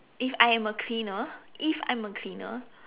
if I am a cleaner if I am a cleaner